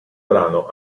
brano